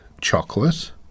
chocolate